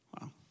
Wow